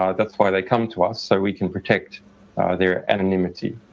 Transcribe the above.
ah that's why they come to us so we can protect their anonymity.